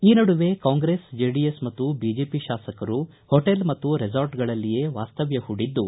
ಈ ನಡುವೆ ಕಾಂಗ್ರೆಸ್ ಜೆಡಿಎಸ್ ಮತ್ತು ಬಿಜೆಪಿ ಶಾಸಕರು ಹೊಟೇಲ್ ಮತ್ತು ರೆಸಾರ್ಟ್ಗಳಲ್ಲಿಯೇ ವಾಸ್ತವ್ಯ ಹೂಡಿದ್ದು